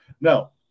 No